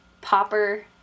popper